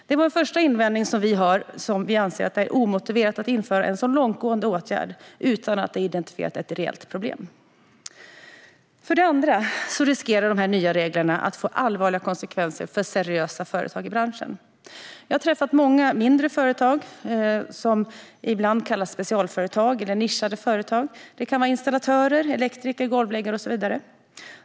Det är den första invändningen vi har och som gör att vi anser det vara omotiverat att införa en så långtgående åtgärd utan att man har identifierat ett reellt problem. För det andra riskerar de nya reglerna att få allvarliga konsekvenser för seriösa företag i branschen. Jag har träffat många mindre företag, som ibland kallas specialföretag eller nischade företag; det kan vara installatörer, elektriker, golvläggare och så vidare.